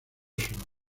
oslo